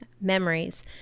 memories